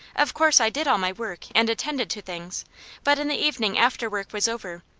of course i did all my work and attended to things but in the evening after work was over,